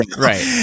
right